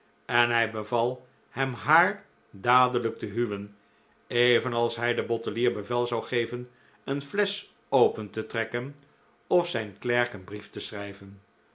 en hij beval hem haar dadelijk te huwen evenals hij den bottelier bevel zou geven een flesch open te trekken of zijn klerk een brief te schrijven